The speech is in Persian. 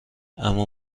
اما